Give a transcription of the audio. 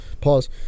Pause